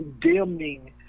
condemning